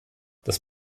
das